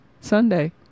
Sunday